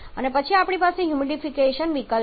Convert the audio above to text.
અને પછી આપણી પાસે હ્યુમિડિફિકેશન વિકલ્પ છે